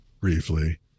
briefly